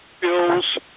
bills